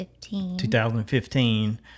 2015